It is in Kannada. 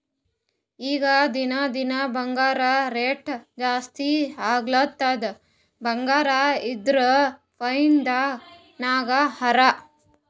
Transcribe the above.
ಈಗ ದಿನಾ ದಿನಾ ಬಂಗಾರ್ದು ರೇಟ್ ಜಾಸ್ತಿ ಆಲತ್ತುದ್ ಬಂಗಾರ ಇದ್ದೋರ್ ಫೈದಾ ನಾಗ್ ಹರಾ